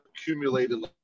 accumulated